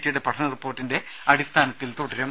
ടിയുടെ പഠന റിപ്പോർട്ടിന്റെ അടിസ്ഥാനത്തിൽ തുടരും